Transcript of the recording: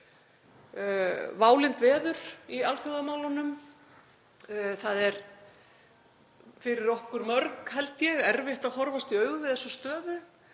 válynd veður í alþjóðamálunum. Það er fyrir okkur mörg, held ég, erfitt að horfast í augu við þessa stöðu.